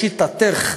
לשיטתך,